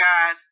God